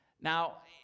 Now